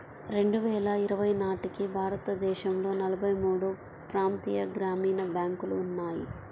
రెండు వేల ఇరవై నాటికి భారతదేశంలో నలభై మూడు ప్రాంతీయ గ్రామీణ బ్యాంకులు ఉన్నాయి